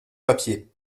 papier